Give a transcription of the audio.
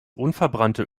unverbrannte